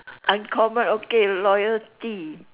uncommon okay loyalty